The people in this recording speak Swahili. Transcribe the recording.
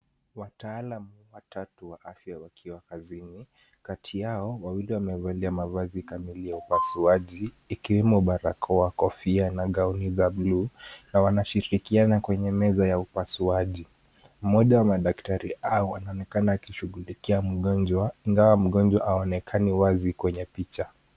Wataalam watatu wakiwa kazini. Kati yao, wawili wamevalia mavazi kamili ya upasuaji ikiwemo barakoa, kofia na gauni za buluu na wanashirikiana kwenye meza ya upasuaji. Mmoja wa madaktari hawa anaonekana akishughulikia mgonjwa, ingawa mgonjwa haonekani wazi kwenye picha.